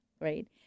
right